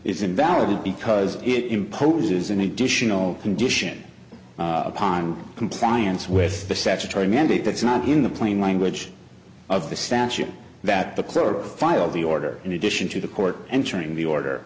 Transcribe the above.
is invalid because it imposes an additional condition upon compliance with the statutory mandate that's not in the plain language of the statute that the court filed the order in addition to the court entering the order